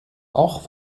auch